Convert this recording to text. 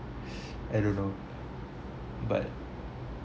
I don't know but